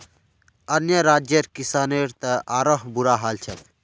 अन्य राज्यर किसानेर त आरोह बुरा हाल छेक